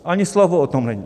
Ani slovo o tom není.